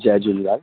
Jay Jhulelal